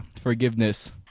forgiveness